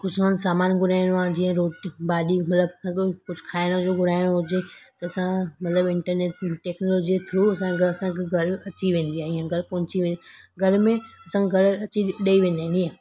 कुझु और समान घुराइणो आहे जीअं रोटी भाॼी मतिलबु कुझु खाइण जो घुराइणो हुजे त असां मतिलबु इंटरनेट टेक्नोलॉजी जे थ्रू असां असांखे घर अची वेंदी आहे ईअं घर पहुची वेंदी आहे घर में असां घर अची ॾेई वेंदा आहिनि ईअं